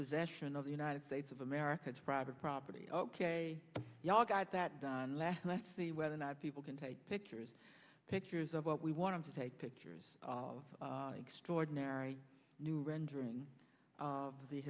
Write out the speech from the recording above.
possession of the united states of america to private property we all got that done and i see whether or not people can take pictures pictures of what we want to take pictures of extraordinary new rendering of the